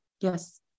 Yes